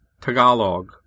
Tagalog